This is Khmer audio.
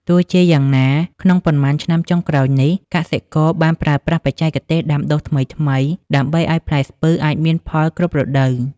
ទោះជាយ៉ាងណា ក្នុងប៉ុន្មានឆ្នាំចុងក្រោយនេះ កសិករបានប្រើប្រាស់បច្ចេកទេសដាំដុះថ្មីៗដើម្បីឱ្យផ្លែស្ពឺអាចមានផលគ្រប់រដូវកាល។